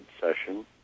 session